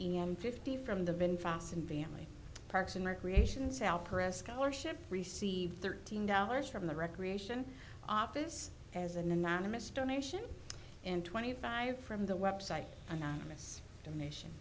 n fifty from the been france and family parks and recreation selker a scholarship received thirteen dollars from the recreation office as an anonymous donation in twenty five from the website anonymous donation